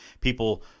people